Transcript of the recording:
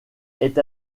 est